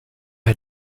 had